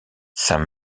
saint